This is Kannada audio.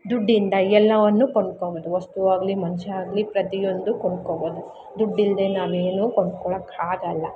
ದುಡ್ಡಿಂದ ಎಲ್ಲವನ್ನು ಕೊಂಡ್ಕೊಬೋದು ವಸ್ತು ಆಗಲಿ ಮನ್ಷ್ಯ ಆಗಲಿ ಪ್ರತಿಯೊಂದು ಕೊಂಡ್ಕೊಬೋದು ದುಡ್ಡಿಲ್ಲದೇ ನಾವೇನು ಕೊಂಡ್ಕೊಳ್ಳೋಕೆ ಆಗಲ್ಲ